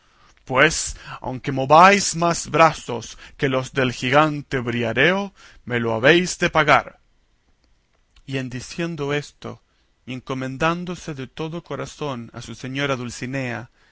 pues aunque mováis más brazos que los del gigante briareo me lo habéis de pagar y en diciendo esto y encomendándose de todo corazón a su señora dulcinea